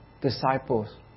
Disciples